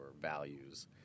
values